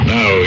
Now